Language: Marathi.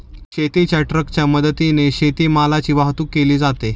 शेतीच्या ट्रकच्या मदतीने शेतीमालाची वाहतूक केली जाते